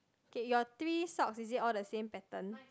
okay your three socks is it all the same pattern